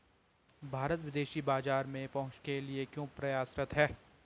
भारत विदेशी बाजारों में पहुंच के लिए क्यों प्रयासरत है?